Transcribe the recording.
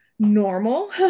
normal